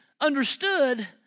understood